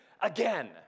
again